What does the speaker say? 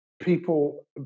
people